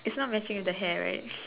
it's not matching with the hair right